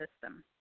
system